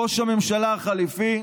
ראש הממשלה החליפי,